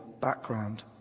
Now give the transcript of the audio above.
background